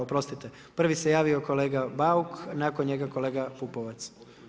Oprostite, prvi se javio kolega Bauk, nakon njega kolega Pupovac.